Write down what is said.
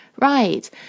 right